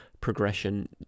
progression